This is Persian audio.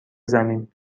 زمین